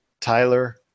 Tyler